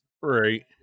Right